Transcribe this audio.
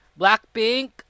Blackpink